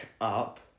up